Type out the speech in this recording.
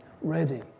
ready